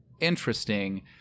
interesting